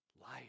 life